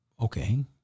okay